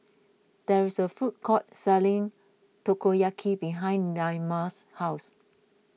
there is a food court selling Takoyaki behind Naima's house